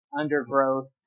undergrowth